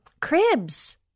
Cribs